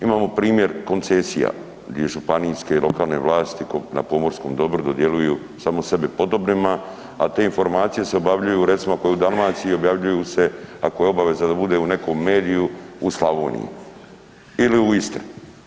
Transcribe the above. Imamo primjer koncesija, di županijske i lokalne vlasti na pomorskom dobru dodjeljuju samo sebi podobnima a te informacije se obavljaju recimo kao i Dalmaciji, objavljuju se ako je obaveza da bude u nekakvom mediju, u Slavoniji ili u Istri.